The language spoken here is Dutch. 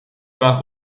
maar